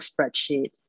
spreadsheet